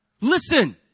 listen